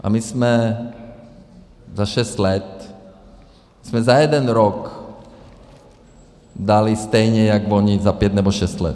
A my jsme za šest let, jsme za jeden rok dali stejně jak vloni za pět nebo šest let.